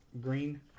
green